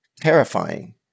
terrifying